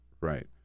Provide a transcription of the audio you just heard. Right